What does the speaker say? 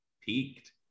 peaked